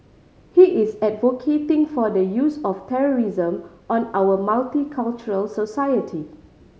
he is advocating for the use of terrorism on our multicultural society